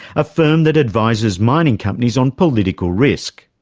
a firm that advises mining companies on political risk.